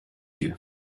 you